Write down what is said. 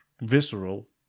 Visceral